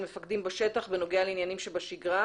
מפקדים בשטח בנוגע לעניינים שבשגרה,